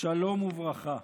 שלום וברכה.